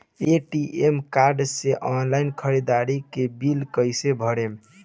ATM card से online ख़रीदारी के बिल कईसे भरेम?